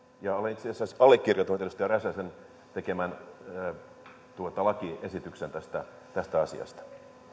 ja olen itse asiassa allekirjoittanut edustaja räsäsen tekemän lakialoitteen tästä asiasta